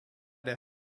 der